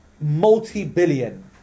multi-billion